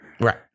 Right